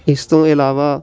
ਇਸ ਤੋਂ ਇਲਾਵਾ